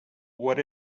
what